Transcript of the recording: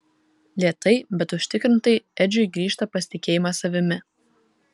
lėtai bet užtikrintai edžiui grįžta pasitikėjimas savimi